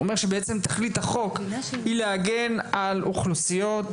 הוא אומר שתכלית החוק היא להגן על אוכלוסיות